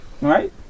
right